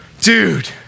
Dude